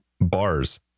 bars